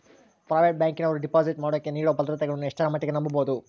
Private ಬ್ಯಾಂಕಿನವರು deposit ಮಾಡೋಕೆ ನೇಡೋ ಭದ್ರತೆಗಳನ್ನು ಎಷ್ಟರ ಮಟ್ಟಿಗೆ ನಂಬಬಹುದು?